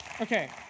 Okay